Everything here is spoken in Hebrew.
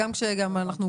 בתמציתיות.